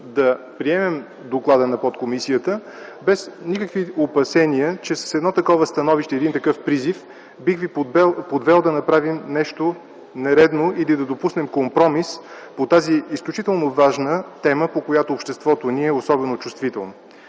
да приемем доклада на подкомисията без никакви опасения, че с едно такова становище и един такъв призив бих ви подвел да направим нещо нередно или да допуснем компромис по тази изключително важна тема, по която обществото ни е особено чувствително.